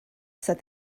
said